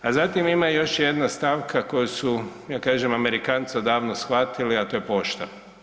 A zatim ima i još jedna stavka koju su da kažem Amerikanci odavno shvatili a to je pošta.